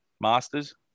Masters